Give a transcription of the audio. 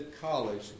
College